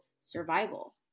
survival